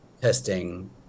testing